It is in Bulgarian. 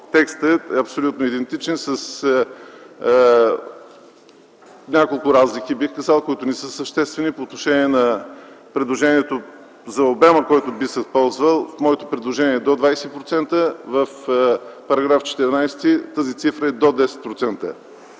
текстът е абсолютно идентичен, с няколко разлики, които не са съществени, по отношение на предложението за обема, който би се ползвал. В моето предложение е до 20%. В § 14 тази цифра е до 10%.